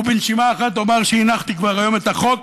ובנשימה אחת אומר שהנחתי כבר היום את החוק